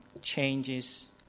changes